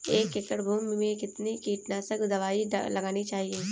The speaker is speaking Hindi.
एक एकड़ भूमि में कितनी कीटनाशक दबाई लगानी चाहिए?